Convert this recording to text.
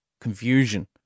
confusion